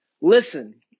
listen